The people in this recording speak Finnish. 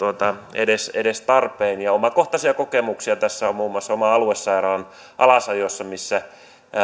edes edes tarpeen omakohtaisia kokemuksia tästä on muun muassa oman aluesairaalan alasajossa missä